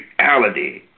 reality